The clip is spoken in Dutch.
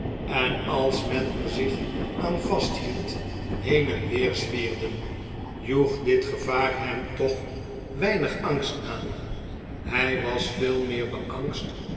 en als men er zich aan vasthield heen en weer zwierden joeg dit gevaar hem toch weinig angst aan hij was veel meer beangst